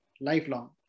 lifelong